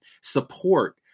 support